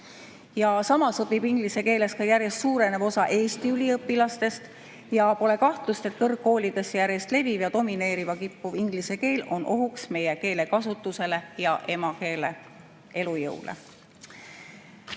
Samas õpib inglise keeles järjest suurenev osa Eesti üliõpilasi. Pole kahtlust, et kõrgkoolides leviv ja domineerima kippuv inglise keel on ohuks meie keelekasutusele ja emakeele elujõule.